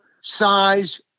size